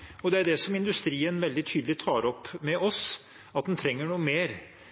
det er ikke tilstrekkelig. Og det er det industrien veldig tydelig tar opp med oss – at den trenger noe mer.